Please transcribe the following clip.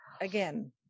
again